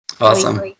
awesome